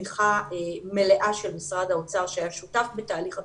בתמיכה מלאה של משרד האוצר שהיה שותף בתהליך התכנון,